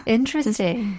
Interesting